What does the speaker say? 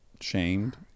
Shamed